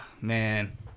man